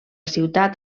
ciutat